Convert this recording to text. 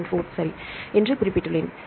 4 சரி என்று குறிப்பிட்டுள்ளேன்